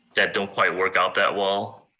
that don't quite work out that well.